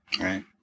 Right